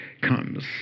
comes